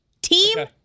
Team